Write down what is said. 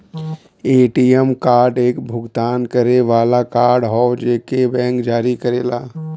ATM card एक भुगतान करे वाला कार्ड हौ जेके बैंक जारी करेला